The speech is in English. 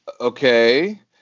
okay